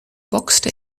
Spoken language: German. boxte